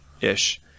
ish